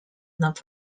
not